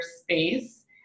space